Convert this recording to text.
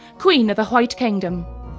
queen of the white kingdom.